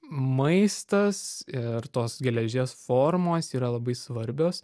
maistas ir tos geležies formos yra labai svarbios